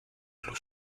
club